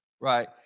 right